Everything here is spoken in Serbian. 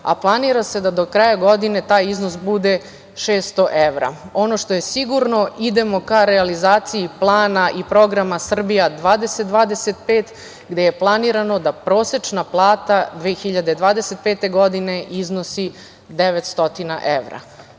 a planira se da do kraja godine taj iznos bude 600 evra. Ono što je sigurno idemo ka realizaciji plana i programa „Srbija 2020/25“ gde je planirano da prosečna plata 2025. godine iznosi 900